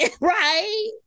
right